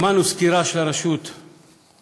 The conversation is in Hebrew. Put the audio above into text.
שמענו סקירה של הרשות הלאומית